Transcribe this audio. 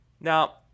Now